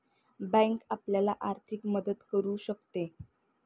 bank आपल्याला आर्थिक मदत करू शकते